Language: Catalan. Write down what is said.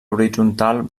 horitzontal